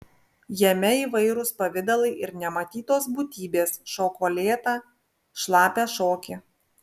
jame įvairūs pavidalai ir nematytos būtybės šoko lėtą šlapią šokį